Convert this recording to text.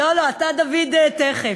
לא, לא, אתה, דוד, תכף.